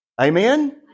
Amen